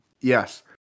Yes